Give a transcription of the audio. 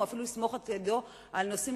או אפילו לסמוך את ידו על נושאים